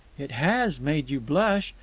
it has made you blush!